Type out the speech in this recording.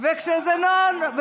נערת החניונים, לא הבנו את הבדיחה.